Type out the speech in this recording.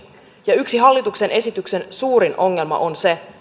ja yksi hallituksen esityksen suurin ongelma on se